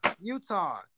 Utah